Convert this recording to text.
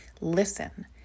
listen